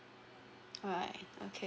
alright okay